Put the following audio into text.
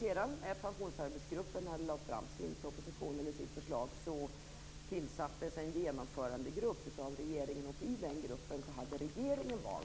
Sedan, när pensionsarbetsgruppen lade fram sitt förslag, tillsattes en genomförandegrupp av regeringen, och i den gruppen hade regeringen och